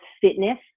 fitness